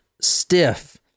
stiff